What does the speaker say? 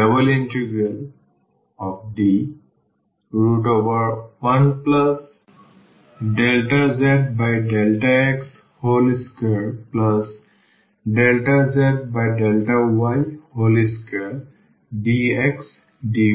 S∬D1∂z∂x2∂z∂y2dxdy